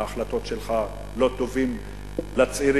ההחלטות שלך לא טובות לצעירים,